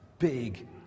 big